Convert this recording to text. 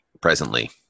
presently